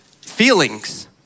feelings